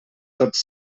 tots